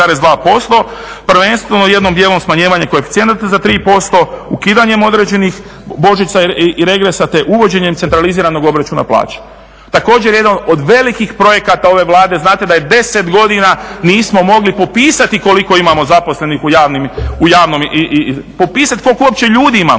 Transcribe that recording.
Prvenstveno jednim dijelom smanjivanjem koeficijenata za 3%, ukidanjem određenih božićnica i regresa te uvođenjem centraliziranog obračuna plaća. Također, jedno od velikih projekata ove Vlade, znate da 10 godina nismo mogli popisati koliko imamo zaposlenih u javnom, popisat koliko uopće ljudi imamo,